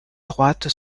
droite